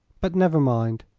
but never mind.